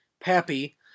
Pappy